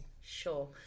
Sure